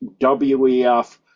WEF